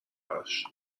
براش